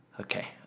Okay